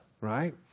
right